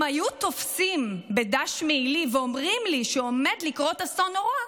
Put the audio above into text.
אם היו תופסים בדש מעילי ואומרים לי שעומד לקרות אסון נורא,